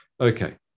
Okay